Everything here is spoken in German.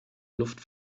luft